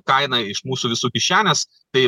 kainą iš mūsų visų kišenės tai